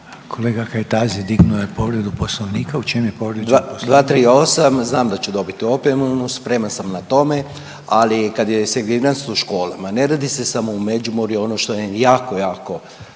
Kolega Kajtazi dignuo je povredu Poslovnika. U čem je povrijeđen Poslovnik?